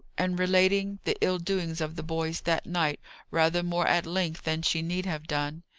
and relating the ill-doings of the boys that night rather more at length than she need have done.